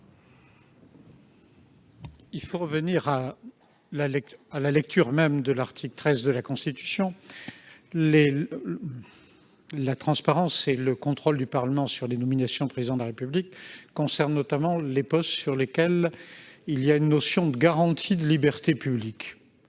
Il faut revenir au texte même de l'article 13 de la Constitution. La transparence et le contrôle du Parlement sur les nominations du Président de la République concernent notamment les postes ayant une importance particulière pour la garantie des libertés publiques.